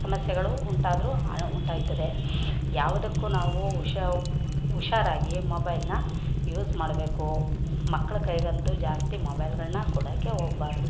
ಸಮಸ್ಯೆಗಳು ಉಂಟಾದರೂ ಅನು ಉಂಟಾಯ್ತದೆ ಯಾವುದಕ್ಕೂ ನಾವು ಉಷ ಹುಷಾರಾಗಿ ಮೊಬೈಲ್ನ ಯೂಸ್ ಮಾಡಬೇಕು ಮಕ್ಕಳು ಕೈಗಂತೂ ಜಾಸ್ತಿ ಮೊಬೈಲ್ಗಳನ್ನ ಕೊಡೋಕೆ ಹೋಗಬಾರ್ದು